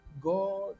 God